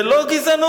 זה לא גזענות,